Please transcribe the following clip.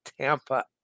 Tampa